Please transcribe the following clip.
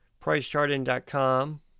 PriceCharting.com